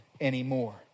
anymore